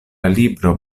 libro